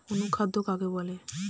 অনুখাদ্য কাকে বলে?